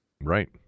right